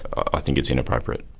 i think it's inappropriate.